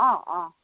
অঁ অঁ